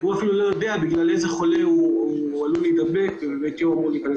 והוא אפילו לא יודע מאיזה חולה הוא עלול להידבק ולכן להיכנס